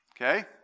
Okay